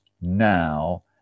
now